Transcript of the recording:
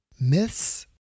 myths